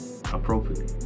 appropriately